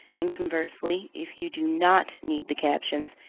and conversely if you do not need the captions,